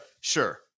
Sure